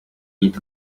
gito